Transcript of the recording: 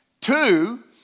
Two